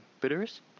bitters